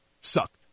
Sucked